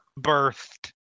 birthed